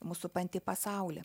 mus supantį pasaulį